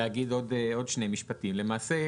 למעשה,